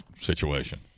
situation